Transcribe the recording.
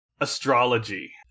Astrology